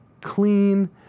clean